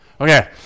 okay